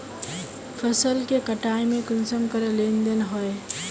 फसल के कटाई में कुंसम करे लेन देन होए?